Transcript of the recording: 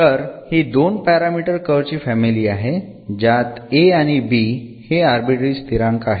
तर हि 2 parameter curve ची फॅमिली आहे ज्यात a आणि b हि आर्बिट्ररी स्थिरांक आहेत